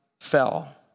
Fell